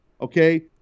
okay